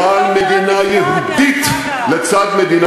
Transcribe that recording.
האם אינך בטוח שזו המדינה